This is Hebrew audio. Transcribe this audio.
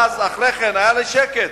ואחרי כן היה לי שקט.